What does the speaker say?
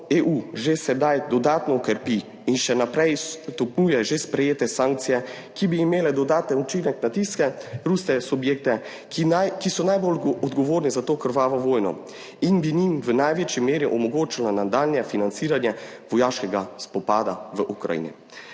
EU že sedaj dodatno krepi in še naprej stopnjuje že sprejete sankcije, ki bi imele dodaten učinek na tiste ruske subjekte, ki so najbolj odgovorni za to krvavo vojno in bi njim v največji meri omogočilo nadaljnje financiranje vojaškega spopada v Ukrajini.